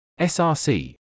src